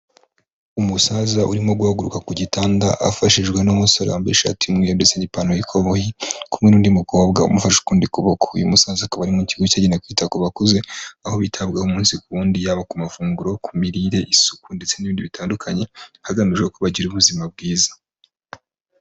Umusaza urimo guhaguruka ku gitanda afashijwe n'umusore wambaye ishati y'umweru ndetse n'ipantaro y'ikoboyi ari kumwe n'undi mukobwa umufashe ukundi kuboko uyu musaza akaba ari mu kigo cyagenewe kwita ku bakuze aho bitabwagaho umunsi ku wundi yaba ku mafunguro, ku mirire, isuku ndetse n'ibindi bitandukanye hagamijwe ko bagira ubuzima bwiza.